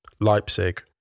Leipzig